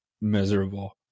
miserable